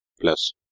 plus